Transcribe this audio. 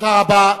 תודה רבה.